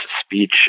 speech